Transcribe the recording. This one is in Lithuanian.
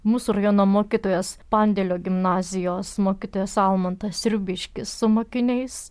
mūsų rajono mokytojas pandėlio gimnazijos mokytojas almantas sriubiškis su mokiniais